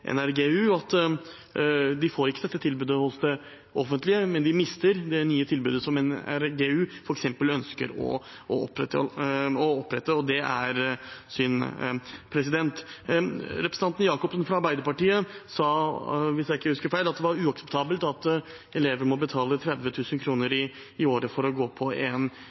at de får ikke dette tilbudet hos det offentlige, men de mister det nye tilbudet som NRG-U ønsker å opprette. Det er synd. Representanten Jakobsen fra Arbeiderpartiet sa – hvis jeg ikke husker feil – at det er uakseptabelt at elever må betale 30 000 kr i året for å gå på en